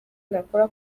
nakora